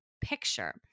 picture